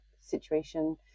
situation